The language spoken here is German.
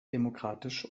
demokratisch